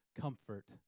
comfort